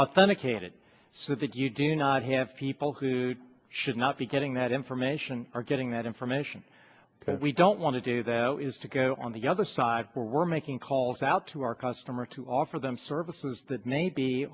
authenticated so that you do not have people who should not be getting that information are getting that information because we don't want to do that is to go on the other side where we're making calls out to our customer to offer them services that maybe